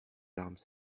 larmes